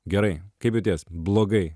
gerai kaip jauties blogai